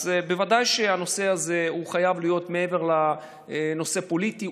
אז ודאי שהנושא הזה חייב להיות מעבר לנושא פוליטי.